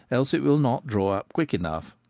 else it will not draw up quick enough,